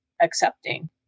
accepting